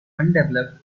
undeveloped